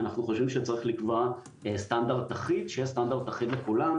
אנחנו חושבים שצריך לקבוע סטנדרט אחיד שיהיה סטנדרט אחיד לכולם,